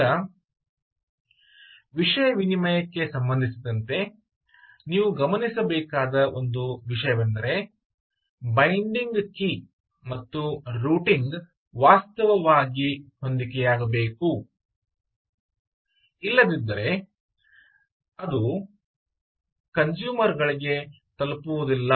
ಈಗ ವಿಷಯ ವಿನಿಮಯಕ್ಕೆ ಸಂಬಂಧಿಸಿದಂತೆ ನೀವು ಗಮನಿಸಬೇಕಾದ ಒಂದು ವಿಷಯವೆಂದರೆ ಬೈಂಡಿಂಗ್ ಕೀ ಮತ್ತು ರೂಟಿಂಗ್ ವಾಸ್ತವವಾಗಿ ಹೊಂದಿಕೆಯಾಗಬೇಕು ಇಲ್ಲದಿದ್ದರೆ ಅದು ಕನ್ಸೂಮರ್ ಗಳಿಗೆ ತಲುಪಿಸುವುದಿಲ್ಲ